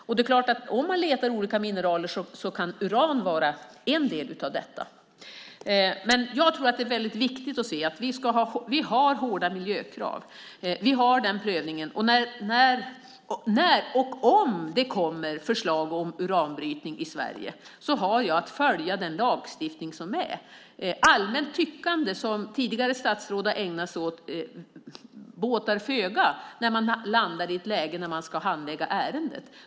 Om man letar efter olika mineraler kan uran vara ett av dessa. Jag tror att det är väldigt viktigt att vi har hårda miljökrav. Vi har den prövningen. När och om det kommer förslag om uranbrytning i Sverige har jag att följa den lagstiftning som finns. Allmänt tyckande som tidigare statsråd har ägnat sig åt båtar föga när man ska handlägga ärendet.